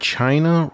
China